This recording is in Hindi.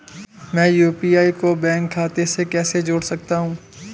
मैं यू.पी.आई को बैंक खाते से कैसे जोड़ सकता हूँ?